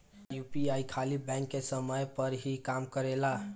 क्या यू.पी.आई खाली बैंक के समय पर ही काम करेला?